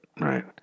Right